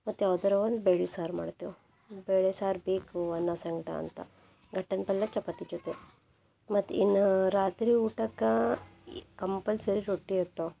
ಮತ್ತು ಯಾವ್ದರ ಒಂದು ಬೇಳೆ ಸಾರು ಮಾಡ್ತೇವೆ ಬೇಳೆ ಸಾರು ಬೇಕು ಅನ್ನ ಸಂಗಡ ಅಂತ ಗಟ್ಟನ ಪಲ್ಯ ಚಪಾತಿ ಜೊತೆ ಮತ್ತು ಇನ್ನು ರಾತ್ರಿ ಊಟಕ್ಕೆ ಇ ಕಂಪಲ್ಸರಿ ರೊಟ್ಟಿ ಇರ್ತವೆ